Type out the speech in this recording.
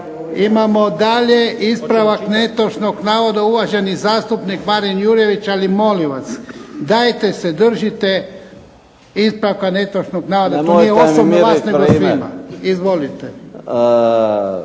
Imamo dalje ispravak netočnog navoda, uvaženi zastupnik Marin Jurjević. Ali molim vas, dajte se držite ispravka netočnog navoda. To nije osobno vas nego svima. Izvolite.